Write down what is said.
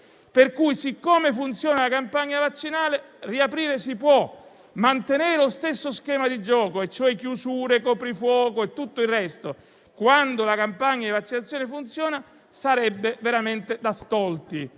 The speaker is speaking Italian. Pertanto, siccome la campagna vaccinale funziona, riaprire si può. Mantenere lo stesso schema di gioco - e cioè chiusure, coprifuoco e tutto il resto - quando la campagna di vaccinazione funziona, sarebbe veramente da stolti.